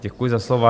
Děkuji za slovo.